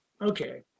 okay